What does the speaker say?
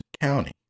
County